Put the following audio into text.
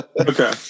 Okay